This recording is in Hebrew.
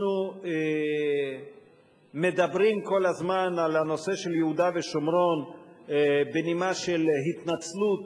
אנחנו מדברים כל הזמן על הנושא של יהודה ושומרון בנימה של התנצלות